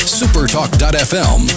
supertalk.fm